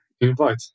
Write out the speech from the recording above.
invite